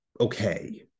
okay